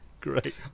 Great